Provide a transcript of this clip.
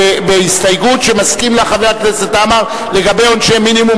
בהסתייגות שמסכים לה חבר הכנסת עמאר לגבי עונשי מינימום,